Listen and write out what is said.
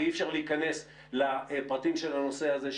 ואי אפשר להיכנס לפרטים של הנושא הזה,